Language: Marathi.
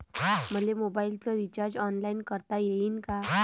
मले मोबाईलच रिचार्ज ऑनलाईन करता येईन का?